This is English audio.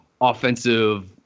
offensive